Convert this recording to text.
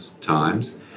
times